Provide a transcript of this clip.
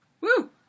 Woo